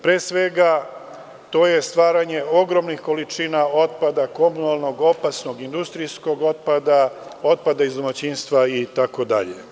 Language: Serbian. Pre svega, to je stvaranje ogromnih količina otpada, komunalnog, opasnog, industrijskog otpada, otpada iz domaćinstva itd.